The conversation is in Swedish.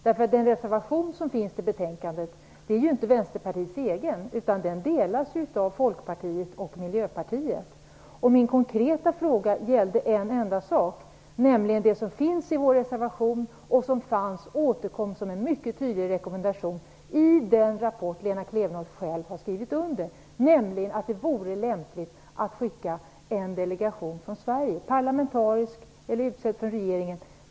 Den reservation som avgivits vid betänkandet är inte Vänsterpartiets egen, utan den delas av Min konkreta fråga gällde en enda sak, nämligen det som finns i vår reservation och som återkom som en mycket tydlig rekommendation i den rapport som Lena Klevenås själv har skrivit under, nämligen att det vore lämpligt att skicka en delegation från Sverige, parlamentarisk eller utsedd av regeringen.